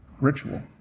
ritual